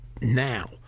now